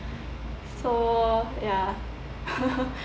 so ya